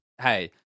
hey